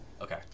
Okay